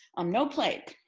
um no plague,